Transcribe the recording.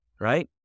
right